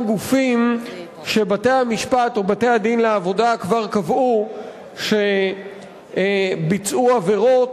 גופים שבתי-המשפט או בתי-הדין לעבודה כבר קבעו שביצעו עבירות